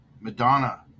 Madonna